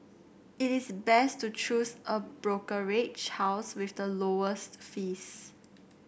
it is best to choose a brokerage house with the lowest fees